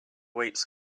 weights